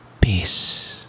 Peace